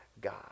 God